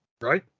right